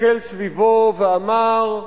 הסתכל סביבו ואמר: